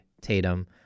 Tatum